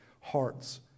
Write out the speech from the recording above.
hearts